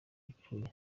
ipfuye